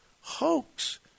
hoax